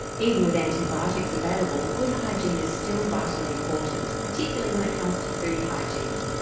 even with antibiotics available, good hygiene is still vitally important, particularly when it comes to food hygiene.